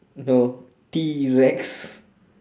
no T-rex